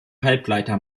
halbleiter